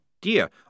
dear